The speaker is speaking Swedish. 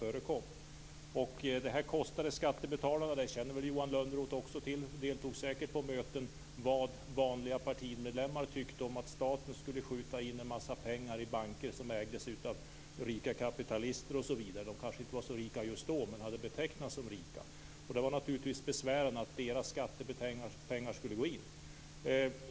Johan Lönnroth känner också till - han deltog säkert på möten - vad vanliga partimedlemmar tyckte om att staten skulle skjuta in en massa pengar i banker som ägdes av rika kapitalister m.fl. De kanske inte var så rika just då, men de hade betecknats som rika. Det var naturligtvis besvärande att deras skattepengar skulle gå in där.